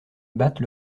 battent